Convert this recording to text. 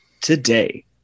today